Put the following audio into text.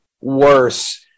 worse